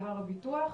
ובהר הביטוח,